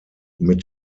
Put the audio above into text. mit